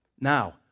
Now